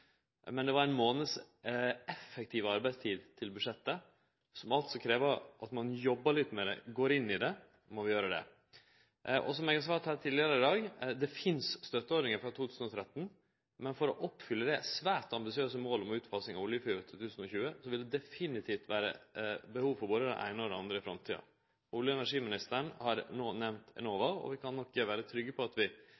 Men det var éin månads effektiv arbeidstid til budsjettet, som altså krev at ein jobbar litt med det og går inn i det, og då må vi gjere det. Og som eg har sagt tidlegare her i dag: Det finst støtteordningar frå 2013, men for å oppfylle det svært ambisiøse målet med utfasing av oljefyring til 2020 vil det definitivt vere behov for både det eine og det andre i framtida. Olje- og energiministeren har no nemnt